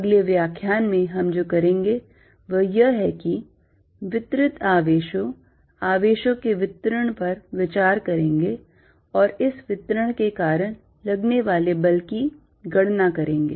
अगले व्याख्यान में हम जो करेंगे वह यह है कि वितरित आवेशों आवेशों के वितरण पर विचार करेंगे और इस वितरण के कारण लगने वाले बल की गणना करेंगे